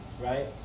Right